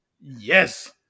Yes